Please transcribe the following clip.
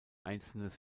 einzelnes